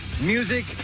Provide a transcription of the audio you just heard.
music